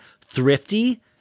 Thrifty